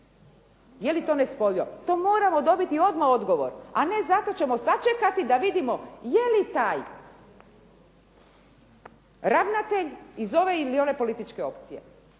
Je li to nespojivo? To moramo dobiti odmah odgovor a ne zato ćemo sačekati da vidimo je li taj ravnatelj iz ove ili one političke opcije.